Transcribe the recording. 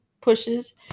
pushes